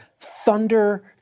thunder